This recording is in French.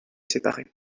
séparer